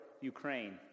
Ukraine